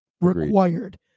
required